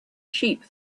sheep